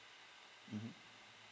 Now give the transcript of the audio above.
mmhmm